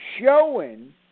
showing